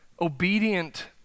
obedient